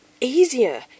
easier